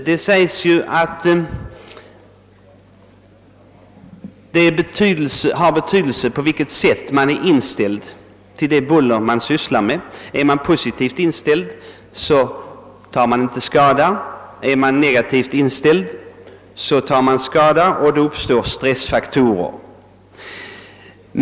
Det sägs att den personliga inställningen till det buller man är utsatt för har betydelse för skadeuppkomsten. Är man positivt inställd, tar man ingen skada, men om man är negativt inställd tar man skada och det kan uppstå stressfaktorer.